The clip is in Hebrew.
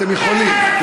אתם יכולים.